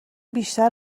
بیشتر